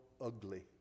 ugly